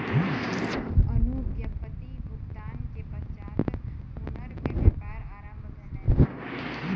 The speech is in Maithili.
अनुज्ञप्ति करक भुगतान के पश्चात हुनकर व्यापार आरम्भ भेलैन